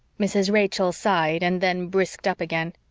mrs. rachel sighed, and then brisked up again.